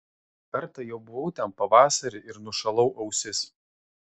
kartą jau buvau ten pavasarį ir nušalau ausis